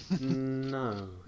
No